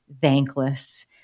thankless